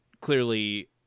clearly